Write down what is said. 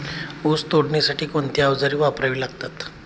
ऊस तोडणीसाठी कोणती अवजारे वापरावी लागतात?